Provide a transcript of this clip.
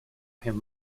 him